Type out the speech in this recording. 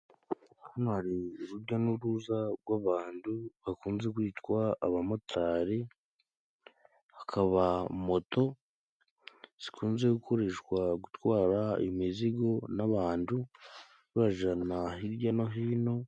Hano hari urujya n'uruza rw'abantu bakunze kwitwa abamotari. Hakaba moto zikunze gukoreshwa gutwara imizigo n'abantu, babajana hirya no hino.